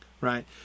right